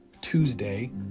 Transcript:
Tuesday